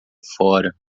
fora